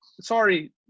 sorry